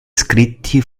scritti